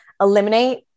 eliminate